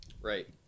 right